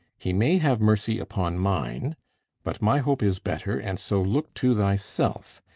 he may have mercy upon mine but my hope is better, and so look to thyself.